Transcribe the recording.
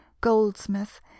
goldsmith